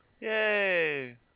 Yay